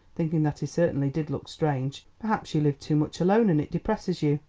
thinking that he certainly did look strange. perhaps you live too much alone and it depresses you.